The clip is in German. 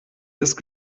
ist